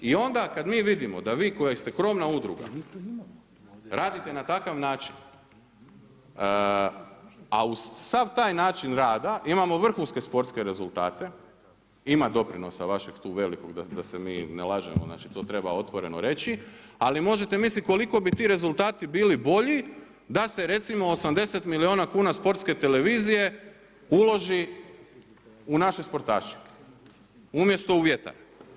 I onda kada mi vidimo da vi koji ste krovna udruga radite na takav način a uz sav taj način rada imamo vrhunske sportske rezultate, ima doprinosa vašeg tu velikog da se mi ne lažemo, znači to treba otvoreno reći ali možete misliti koliko bi ti rezultati bili bolji da se recimo 80 milijuna kuna Sportske televizije uloži u naše sportaše umjesto u vjetar.